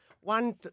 one